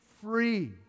free